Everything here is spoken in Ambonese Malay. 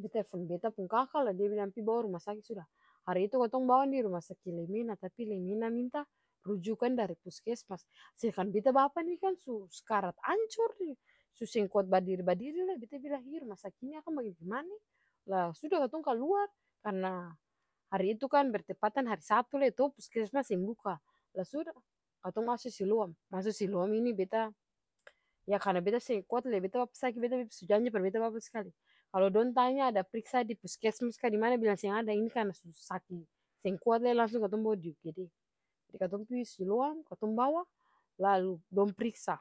beta telfon beta pung kaka lah dia bilang pi bawa ruma saki sudah, hari itu katong bawa di ruma saki leimena tapi leimena minta rujukan dari puskesmas, sedangkan beta bapa nih kan su skarat ancor nih, su seng kuat badiri-badiri lai beta bilang hi ruma saki ini akang bagimanae lah suda katong kaluar, karna hari itukan bertepatan hari sabtu to puskesmas seng buka lah suda katong maso siloam, maso siloam ini beta, yah karna beta seng kuat lia beta bapa saki, beta su janji par beta bapa skali, kalu dong tanya ada priksa di puskesmas ka dimana bilang seng ada, ini karna su saki seng kuat lai langsung katong bawa di ugd. Lah katong pi di siloam katong bawa lalu dong priksa.